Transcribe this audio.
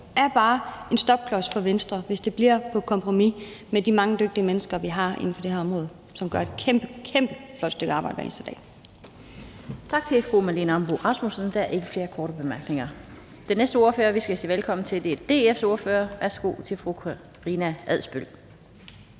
er bare en stopklods for Venstre, hvis det går på kompromis med de mange dygtige mennesker, vi har inden for det område, og som gør et kæmpekæmpeflot stykke arbejde hver eneste dag. Kl. 11:33 Den fg. formand (Annette Lind): Tak til fru Marlene Ambo-Rasmussen. Der er ikke flere korte bemærkninger. Den næste ordfører, vi skal sige velkommen til, er DF's ordfører. Værsgo til fru Karina Adsbøl.